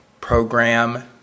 program